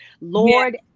Lord